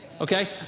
okay